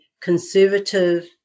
conservative